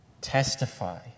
testify